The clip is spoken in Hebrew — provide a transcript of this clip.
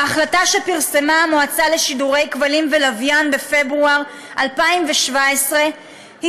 בהחלטה שפרסמה המועצה לשידורי כבלים ולוויין בפברואר 2017 היא